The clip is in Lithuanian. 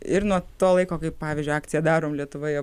ir nuo to laiko kai pavyzdžiui akcija darom lietuvoje